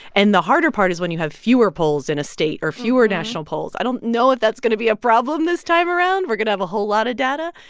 and the harder part is when you have fewer polls in a state or fewer national polls. i don't know if that's going to be a problem this time around. we're going to have a whole lot of data.